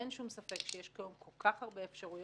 אין שום ספק שיש כל כך הרבה אפשרויות